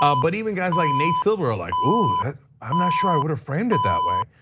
ah but even guys like nate silver are like, i'm not sure i would've framed it that way.